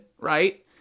right